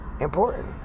important